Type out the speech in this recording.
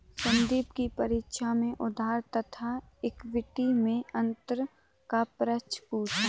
संदीप की परीक्षा में उधार तथा इक्विटी मैं अंतर का प्रश्न पूछा